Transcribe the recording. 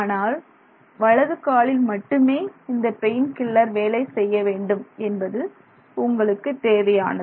ஆனால் வலது காலில் மட்டுமே இந்த பெயின் கில்லர் வேலை செய்ய வேண்டும் என்பது உங்களுக்குத் தேவையானது